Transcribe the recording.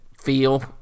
feel